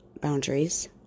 boundaries